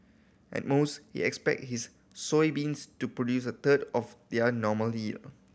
at most he expect s his soybeans to produce a third of their normal yield